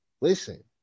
listen